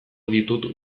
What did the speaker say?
ditut